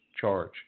charge